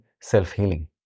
self-healing